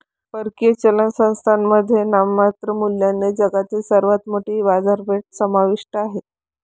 परकीय चलन स्थळांमध्ये नाममात्र मूल्याने जगातील सर्वात मोठी बाजारपेठ समाविष्ट आहे